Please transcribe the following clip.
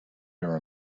your